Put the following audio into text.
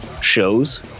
shows